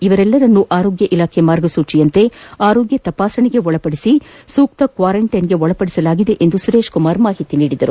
ಇವರೆಲ್ಲರನ್ನು ಆರೋಗ್ಯ ಇಲಾಖೆಯ ಮಾರ್ಗಸೂಚಿಯಂತೆ ಆರೋಗ್ಯ ತಪಾಸಣೆ ಮಾಡಿ ಕ್ವಾರಂಟೈನ್ಗೆ ಒಳಪಡಿಸಲಾಗಿದೆ ಎಂದು ಸುರೇಶ್ ಕುಮಾರ್ ಮಾಹಿತಿ ನೀಡಿದರು